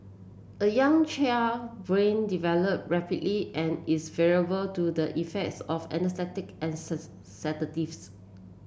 a young child brain develop rapidly and is vulnerable to the effects of and sedatives